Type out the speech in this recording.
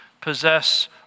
possess